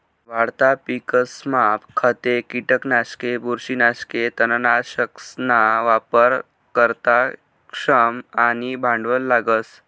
वाढता पिकसमा खते, किटकनाशके, बुरशीनाशके, तणनाशकसना वापर करता श्रम आणि भांडवल लागस